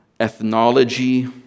ethnology